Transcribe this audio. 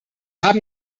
haben